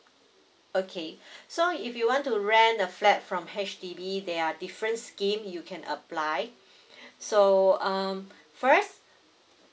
okay so if you want to rent a flat from H_D_B there are different scheme you can apply so um first